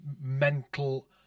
mental